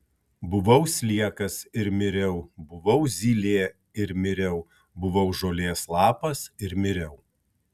buvau sliekas ir miriau buvau zylė ir miriau buvau žolės lapas ir miriau